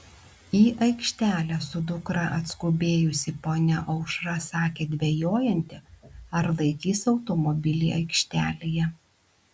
į aikštelę su dukra atskubėjusi ponia aušra sakė dvejojanti ar laikys automobilį aikštelėje